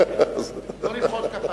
לא למחוא כפיים.